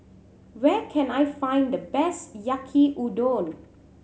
where can I find the best Yaki Udon